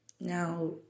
Now